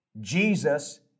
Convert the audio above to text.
Jesus